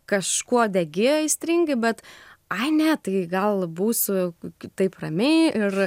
kažkuo degi aistringai bet ai ne tai gal būsiu kitaip ramiai ir